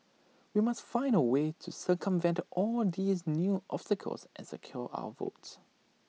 we must find A way to circumvent all these new obstacles and secure our votes